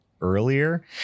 earlier